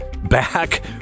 back